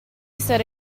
sarà